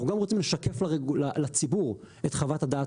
אנחנו גם רוצים לשקף לציבור את חוות הדעת